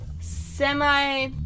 semi